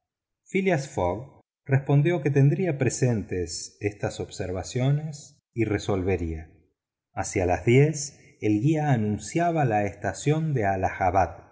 respondió que tendría presentes estas observaciones y resolvería hacia las diez el guía anunciaba la estación de